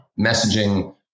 messaging